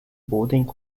boarding